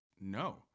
no